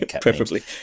Preferably